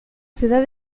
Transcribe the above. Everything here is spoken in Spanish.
ciudad